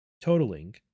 totaling